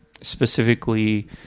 specifically